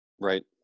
Right